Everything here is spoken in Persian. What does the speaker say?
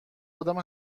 آدم